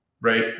Right